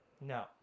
No